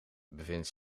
bevindt